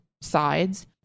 sides